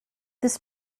this